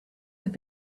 have